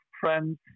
friends